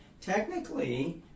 Technically